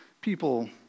people